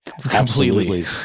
completely